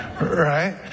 Right